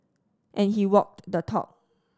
and he walked the talk